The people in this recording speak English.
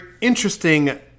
interesting